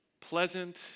pleasant